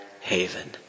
haven